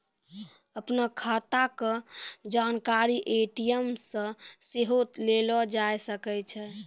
अपनो खाता के जानकारी ए.टी.एम से सेहो लेलो जाय सकै छै